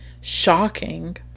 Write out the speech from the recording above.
shocking